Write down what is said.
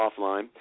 offline